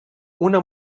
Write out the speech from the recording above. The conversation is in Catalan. una